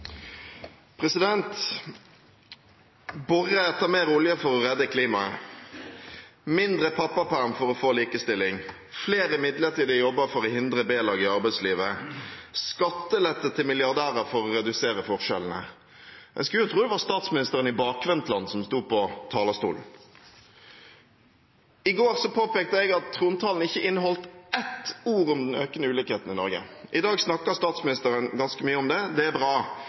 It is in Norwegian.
etter mer olje for å redde klimaet, mindre pappaperm for å få likestilling, flere midlertidige jobber for å hindre B-lag i arbeidslivet, skattelette til milliardærer for å redusere forskjellene – en skulle tro det var statsministeren i Bakvendtland som sto på talerstolen. I går påpekte jeg at trontalen ikke inneholdt ett ord om den økende ulikheten i Norge. I dag snakker statsministeren ganske mye om det. Det er bra,